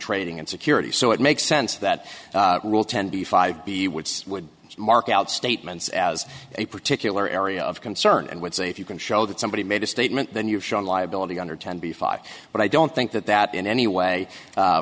trading and security so it makes sense that rule ten b five b which would mark out statements as a particular area of concern and would say if you can show that somebody made a statement then you have shown liability under ten b five but i don't think that that in